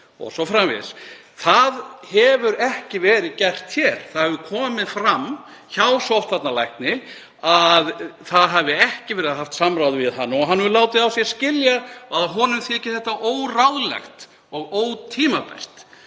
o.s.frv. Það hefur ekki verið gert hér. Það hefur komið fram hjá sóttvarnalækni að ekki hafi verið haft samráð við hann og hann hefur látið á sér skilja að honum þyki þetta óráðlegt og ótímabært.